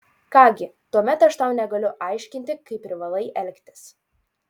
ką gi tuomet aš tau negaliu aiškinti kaip privalai elgtis